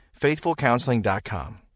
FaithfulCounseling.com